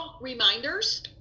reminders